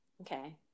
Okay